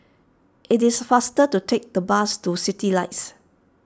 it is faster to take the bus to Citylights